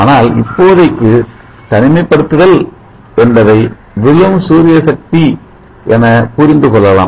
ஆனால் இப்போதைக்கு தனிமைபடுத்துதல் என்பதை விழும் சூரிய சக்தி என புரிந்து கொள்ளலாம்